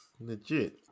Legit